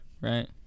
Right